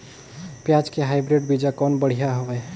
पियाज के हाईब्रिड बीजा कौन बढ़िया हवय?